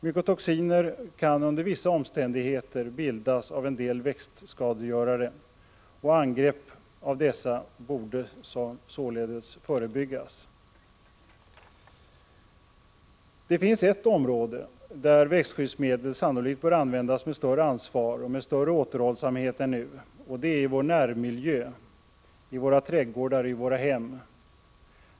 Mykotoxiner kan under vissa omständigheter bildas av en del växtskadegörare, och angrepp av dessa måste således förebyggas. Det finns ett område där växtskyddsmedel sannolikt bör användas med större ansvar och större återhållsamhet än nu, och det är vår närmiljö, dvs. i våra trädgårdar och i våra hem.